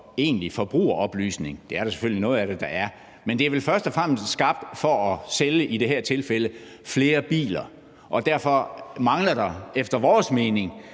egentlig forbrugeroplysning. Det er der selvfølgelig noget af det, der er, men det er vel først og fremmest skabt for at sælge noget, i det her tilfælde flere biler. Derfor mangler der efter vores mening